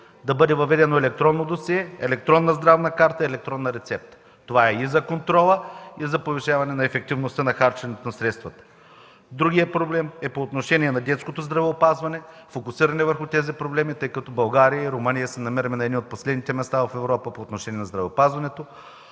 да бъде въведено електронно досие, електронна здравна карта, електронна рецепта. Това е и за контрола, и за повишаване на ефективността на харченето на средствата. Другият проблем е по отношение на детското здравеопазване – фокусиране върху тези проблеми, тъй като България и Румъния се намираме на едно от последните места в Европа по отношение на детското здравеопазване,